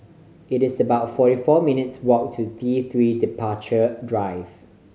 it is about forty four minutes' walk to T Three Departure Drive